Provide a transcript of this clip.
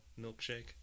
milkshake